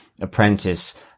apprentice